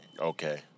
Okay